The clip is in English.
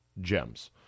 gems